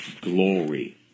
glory